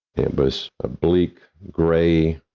it was a bleak, gray,